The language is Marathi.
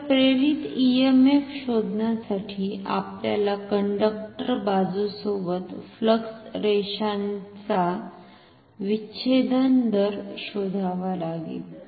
तर प्रेरित ईएमएफ शोधण्यासाठी आपल्याला कंडक्टर बाजु सोबत फ्लक्स रेषांचा विच्छेदन दर शोधावा लागेल